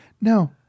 No